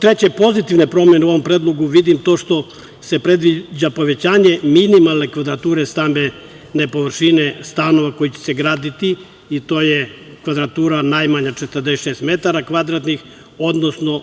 treće pozitivne promene u ovom predlogu vidim to što se predviđa povećanje minimalne kvadrature stambene površine stanova koji će se graditi i to je kvadratura najmanja 46 metara kvadratnih, odnosno